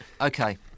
Okay